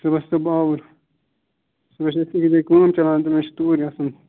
صبُٮحس چھُس بہٕ آوُر صبُٮٔحس چھےٚ مےٚ ییٚتی کٲم چَلان مےٚ چھُ توٗرۍ گژھُن